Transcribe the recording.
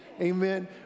Amen